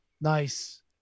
Nice